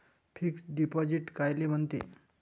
Fix deposit कायले म्हनते?